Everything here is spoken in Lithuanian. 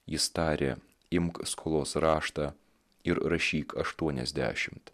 jis tarė imk skolos raštą ir rašyk aštuoniasdešimt